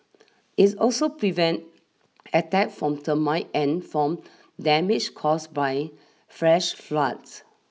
is also prevent attack from termite and from damage caused by fresh floods